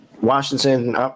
Washington